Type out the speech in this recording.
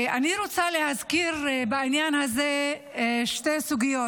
אני רוצה להזכיר בעניין הזה שתי סוגיות.